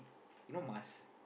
you know Mas